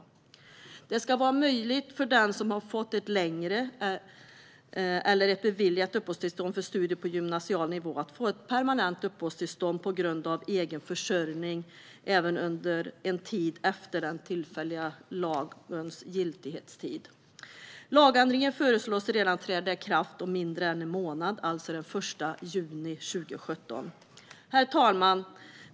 Det ska vara möjligt för den som har fått ett längre eller ett beviljat uppehållstillstånd för studier på gymnasial nivå att få ett permanent uppehållstillstånd på grund av egen försörjning, även under en tid efter den tillfälliga lagens giltighetstid. Lagändringarna föreslås träda i kraft redan om mindre än en månad, alltså den 1 juni 2017. Herr talman!